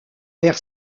vers